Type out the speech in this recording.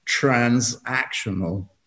Transactional